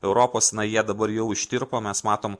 europos na jie dabar jau ištirpo mes matom